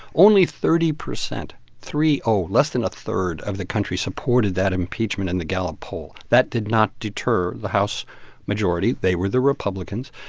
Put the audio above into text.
only thirty percent three, oh less than a third of the country supported that impeachment in the gallup poll. that did not deter the house majority. they were the republicans.